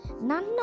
None